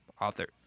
author